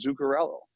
Zuccarello